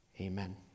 amen